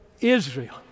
Israel